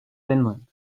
finland